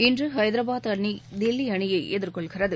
இன்று ஹைதராபாத் அணி தில்லி அணியை எதிர்கொள்கிறது